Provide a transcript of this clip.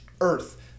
earth